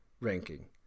ranking